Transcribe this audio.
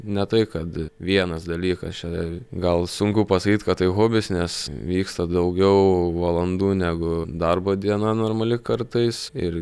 ne tai kad vienas dalykas čia gal sunku pasakyt kad tai hobis nes vyksta daugiau valandų negu darbo diena normali kartais ir